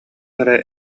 эрэ